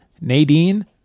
nadine